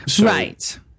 Right